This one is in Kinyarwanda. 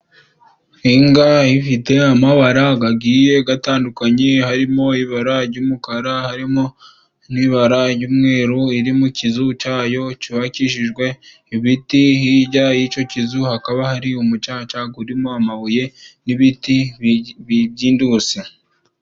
Inka ifite amabara agiye atandukanye harimo ibara ry'umukara, harimo n'ibara ry'umweru. Iri mu kizu cyayo cyubakishijwe ibiti hirya y'icyo kizu hakaba hari umucanga urimo amabuye n'ibiti by'intusi.